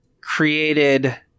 created